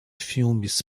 filmes